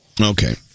Okay